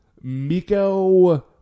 Miko